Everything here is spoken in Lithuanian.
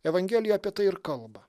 evangelija apie tai ir kalba